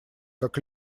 как